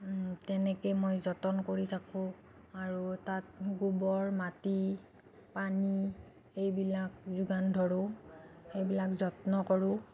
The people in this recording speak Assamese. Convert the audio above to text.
তেনেকৈ মই যতন কৰি থাকোঁ আৰু তাত গোবৰ মাটি পানী এইবিলাক যোগান ধৰোঁ সেইবিলাক যত্ন কৰোঁ